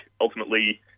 ultimately